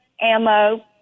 ammo